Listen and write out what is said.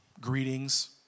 greetings